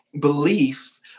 belief